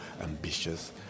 ambitious